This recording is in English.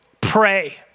pray